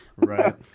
Right